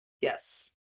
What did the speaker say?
Yes